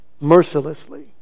mercilessly